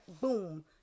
boom